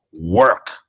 work